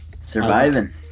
surviving